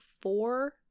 four